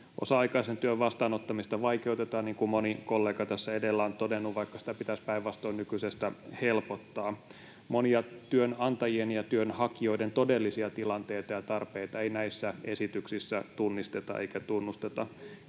Osa-aikaisen työn vastaanottamista vaikeutetaan, niin kuin moni kollega tässä edellä on todennut, vaikka sitä pitäisi päinvastoin nykyisestä helpottaa. Monia työnantajien ja työnhakijoiden todellisia tilanteita ja tarpeita ei näissä esityksissä tunnisteta eikä tunnusteta.